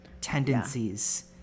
tendencies